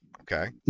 Okay